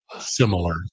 Similar